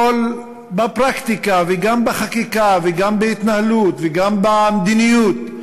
בפרקטיקה וגם בחקיקה וגם בהתנהלות וגם במדיניות,